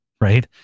right